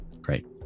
great